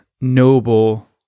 noble